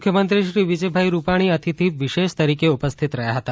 મુખ્યમંત્રી શ્રી વિજય રૂપાણી અતિથિ વિશેષ તરીકે ઉપસ્થિત રહ્યા હતા